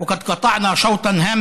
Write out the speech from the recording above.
בערערה וחורה ובג'יסר א-זרקא,